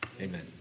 amen